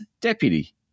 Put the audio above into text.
deputy